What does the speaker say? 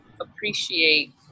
appreciate